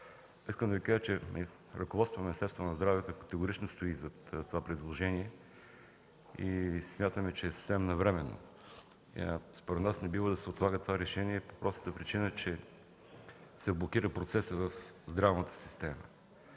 Искам да Ви кажа, че ръководството на Министерството на здравеопазването категорично стои зад това предложение и смятаме, че е съвсем навременно. Според нас не бива да се отлага това решение по простата причина, че се блокира процесът в здравната система.